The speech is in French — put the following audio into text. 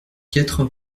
quatre